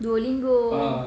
duolingo